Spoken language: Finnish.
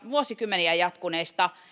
vuosikymmeniä jatkuneista